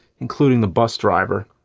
including the bus driver.